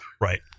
Right